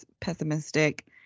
pessimistic